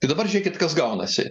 tai dabar žiūrėkit kas gaunasi